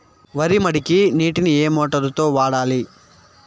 వరి మడికి నీటిని ఏ మోటారు తో వాడాలి?